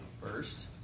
first